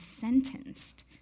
sentenced